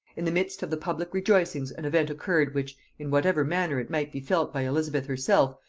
in the midst of the public rejoicings an event occurred, which, in whatever manner it might be felt by elizabeth herself,